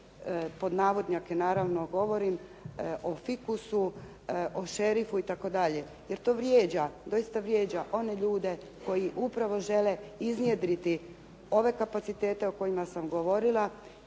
pod navodnike naravno govorim, o fikusu, o šerifu itd. jer to vrijeđa, doista vrijeđa one ljude koji upravo žele iznjedriti ove kapacitete o kojima sam govorila,